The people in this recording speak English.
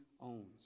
owns